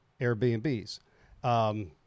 Airbnbs